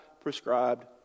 prescribed